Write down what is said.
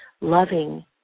loving